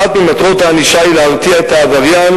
אחת ממטרות הענישה היא להרתיע את העבריין